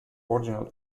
original